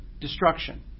destruction